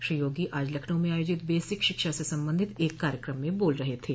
श्री योगी आज लखनऊ में आयोजित बेसिक शिक्षा से संबंधित एक कार्यक्रम में बोल रहे थे